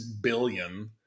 billion